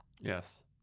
yes